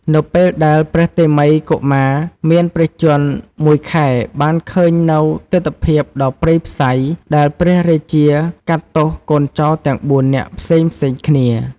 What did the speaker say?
នៅពេលដែលព្រះតេមិយកុមារមានព្រះជន្ម ១ ខែបានឃើញនូវទិដ្ឋភាពដ៏ព្រៃផ្សៃដែលព្រះរាជាកាត់ទោសកូនចោរទាំង៤នាក់ផ្សេងៗគ្នា។